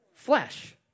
flesh